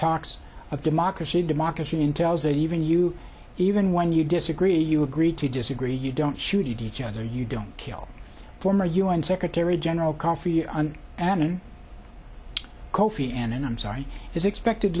talks of democracy democracy entails even you even when you disagree you agree to disagree you don't shoot each other you don't kill former u n secretary general kofi on annan kofi annan i'm sorry is expected